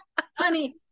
Honey